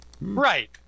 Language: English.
right